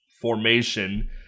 formation